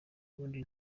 ubundi